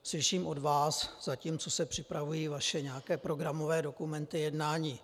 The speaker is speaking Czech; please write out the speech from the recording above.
Slyším od vás, zatímco se připravují nějaké vaše programové dokumenty jednání.